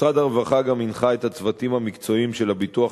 משרד הרווחה גם הנחה את הצוותים המקצועיים של הביטוח